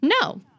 No